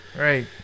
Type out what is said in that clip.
right